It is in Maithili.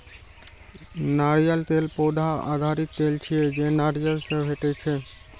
नारियल तेल पौधा आधारित तेल छियै, जे नारियल सं भेटै छै